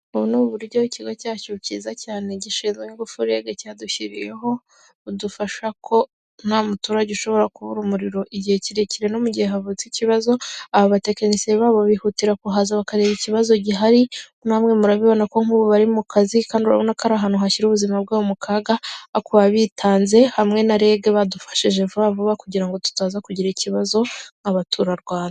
ubu ni uburyo ikigo cyacu cyiza cyane gishinzwe ingufu rega cyadushyiriyeho budufasha ko nta muturage ushobora kubura umuriro igihe kirekire no mu gihe havutse ikibazo aba batekinisiye babo bihutira kuhaza bakareba ikibazo gihari namwe murabibona ko nk'ubu bari mu kazi kandi urabona ko ari ahantu hashyira ubuzima bwabo mu kaga aku bitanze hamwe na REG badufashije vuba vuba kugira ngo tutaza kugira ikibazo nk'abaturarwanda.